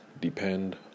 depend